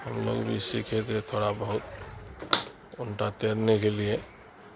ہم لوگ بھی سیکھے تھے تھوڑا بہت الٹا تیرنے کے لیے